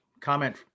Comment